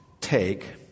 take